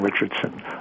Richardson